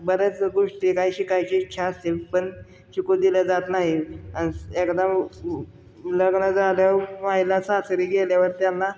बऱ्याच गोष्टी काही शिकायची इच्छा असतील पण शिकू दिलं जात नाही आणि एकदम लग्न झाल्यावर महिला सासरी गेल्यावर त्यांना